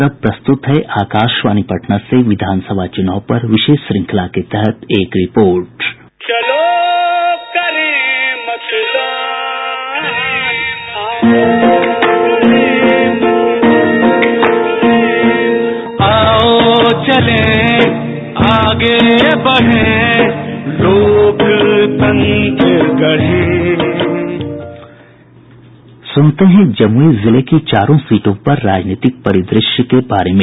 और अब प्रस्तुत है आकाशवाणी पटना से विधान सभा चुनाव पर विशेष श्रंखला के तहत एक रिपोर्ट बाईट सुनते है जमूई जिले की चारों सीटों पर राजनीतिक परिदुश्य के बारे में